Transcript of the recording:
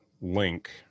link